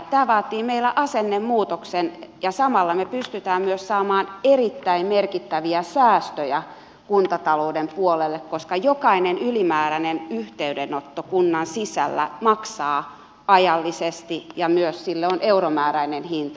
tämä vaatii meillä asennemuutoksen ja samalla me pystymme myös saamaan erittäin merkittäviä säästöjä kuntatalouden puolelle koska jokainen ylimääräinen yhteydenotto kunnan sisällä maksaa ajallisesti ja myös sille on euromääräinen hinta